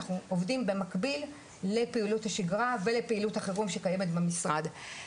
אנחנו עובדים במקביל לפעילות השגרה ולפעילות החירום שקיימת במשרד.